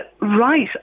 right